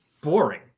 boring